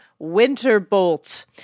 Winterbolt